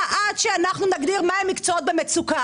עד שאנחנו נגדיר מה הם מקצועות במצוקה.